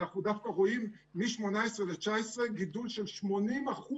אנחנו דווקא רואים מ-2018 ו-2019 גידול של 80%,